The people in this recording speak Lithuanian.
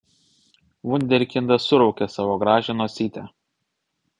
vunderkindas suraukė savo gražią nosytę